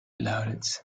lauded